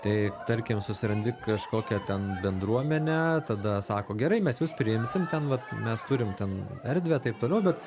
tai tarkim susirandi kažkokią ten bendruomenę tada sako gerai mes jus priimsim ten vat mes turim ten erdvę taip toliau bet